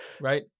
Right